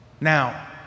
Now